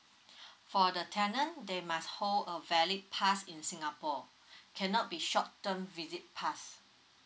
for the tenant they must hold a valid pass in singapore cannot be short term visit pass